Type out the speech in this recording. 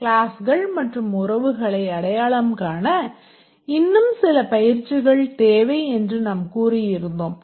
க்ளாஸ்கள் மற்றும் உறவுகளை அடையாளம் காண இன்னும் சில பயிற்சிகள் தேவை என்று நாம் கூறியிருந்தோம்